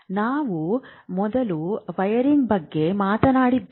ನಾವು ಮೊದಲು ವೈರಿಂಗ್ ಬಗ್ಗೆ ಮಾತನಾಡಿದ್ದೇವೆ